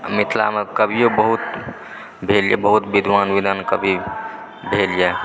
आ मिथिलामे कवियो बहुत भेल बहुत विद्वान विद्वान कवि भेल यऽ